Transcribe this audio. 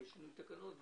בשינוי תקנות,